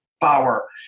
power